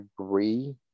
agree